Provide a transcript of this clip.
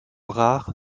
rare